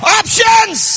options